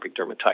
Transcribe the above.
dermatitis